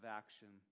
action